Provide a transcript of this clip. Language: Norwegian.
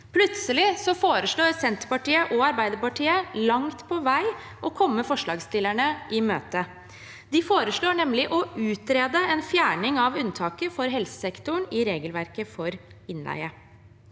Plutselig foreslår Senterpartiet og Arbeiderpartiet langt på vei å komme forslagsstillerne i møte. De foreslår nemlig å utrede en fjerning av unntaket for helsesektoren i regelverket for innleie.